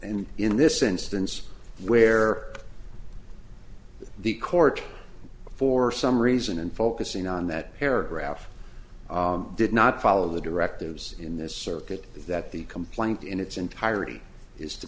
and in this instance where the court for some reason and focusing on that paragraph did not follow the directives in this circuit that the complaint in its entirety is to